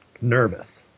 nervous